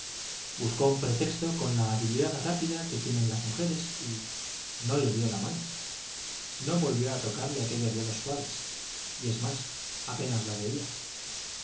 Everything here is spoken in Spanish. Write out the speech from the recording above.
buscó un pretexto con la habilidad rápida que tienen las mujeres y no le dio la mano no volvió a tocarle aquellos dedos suaves y es más apenas la veía